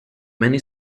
many